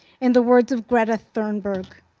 in the words of greta thornberg,